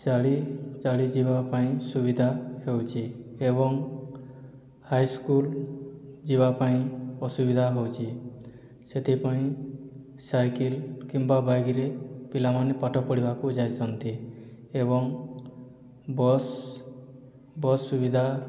ଚାଲି ଚାଲି ଯିବା ପାଇଁ ସୁବିଧା ହେଉଛି ଏବଂ ହାଇସ୍କୁଲ ଯିବା ପାଇଁ ଅସୁବିଧା ହେଉଛି ସେଥିପାଇଁ ସାଇକେଲ କିମ୍ବା ବାଇକରେ ପିଲାମାନେ ପାଠ ପଢ଼ିବାକୁ ଯାଉଛନ୍ତି ଏବଂ ବସ୍ ବସ୍ ସୁବିଧା